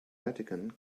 vatican